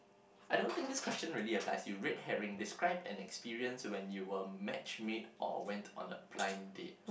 I don't think this question really applies red herring describe an experience when you were match made or went on a blind date